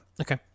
Okay